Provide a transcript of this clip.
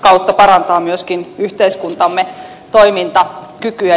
kautta parantaa myöskin yhteiskuntamme toimintakykyä ja edellytyksiä